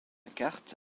carte